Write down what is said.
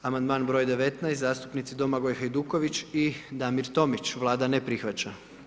Amandman broj 19., zastupnici Domagoj Hajduković i Damir Tomić, Vlada ne prihvaća.